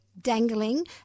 dangling